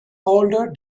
older